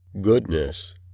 Goodness